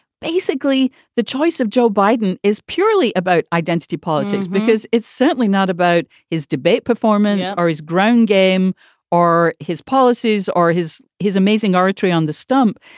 basically, the choice of joe biden is purely about identity politics, because it's certainly not about his debate performance or his ground game or his policies or his his amazing oratory on the stump.